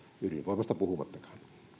ydinvoimasta puhumattakaan